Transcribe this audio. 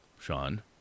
Sean